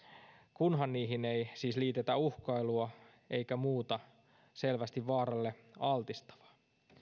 kunhan niihin ei siis liitetä uhkailua eikä muuta selvästi vaaralle altistavaa